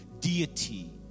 deity